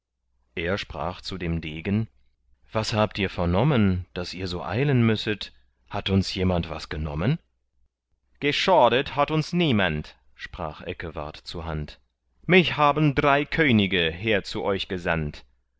er sprach zu dem degen was habt ihr vernommen daß ihr so eilen müsset hat uns jemand was genommen geschadet hat uns niemand sprach eckewart zuhand mich haben drei könige her zu euch gesandt